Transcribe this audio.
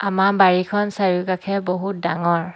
আমাৰ বাৰীখন চাৰিওকাষে বহুত ডাঙৰ